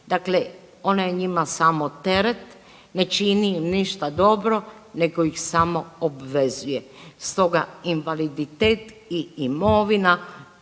dakle ona je njima samo teret, ne čini im ništa dobro nego ih samo obvezuje. Stoga invaliditet i imovina